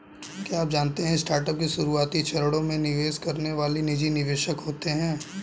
क्या आप जानते है स्टार्टअप के शुरुआती चरणों में निवेश करने वाले निजी निवेशक होते है?